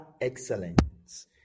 excellence